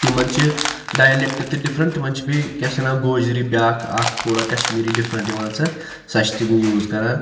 تِمَن چھِ ڈایلیٚکٹہٕ تہِ ڈِفریٚنٛٹ تِمَن چھِ بیٚیہِ کیٛاہ چھِ وَنان گوجری بیٛاکھ اَکھ تھوڑا کَشمیٖری ڈِفریٚنٛٹ یِوان سۄ سۄ چھِ تِم یوٗز کَران